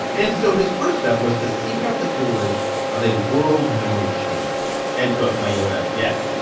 and so his first step was to seek out the tutelage of a world memory champ ed cooke, my yoda. yes,